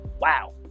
Wow